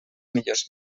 millors